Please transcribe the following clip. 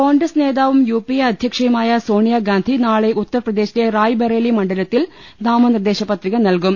കോൺഗ്രസ് നേതാവും യുപിഎ അധ്യക്ഷയുമായ സോണി യാഗാന്ധി നാളെ ഉത്തർപ്രദേശിലെ റായ്ബറേലി മണ്ഡലത്തിൽ നാമനിർദേശപത്രിക നൽകും